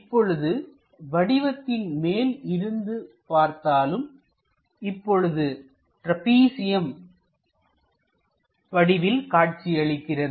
இப்பொழுது வடிவத்தின் மேல் இருந்து பார்த்தாலும் இப்பொழுதும் ட்ராப்பிசியம் வடிவில் காட்சியளிக்கிறது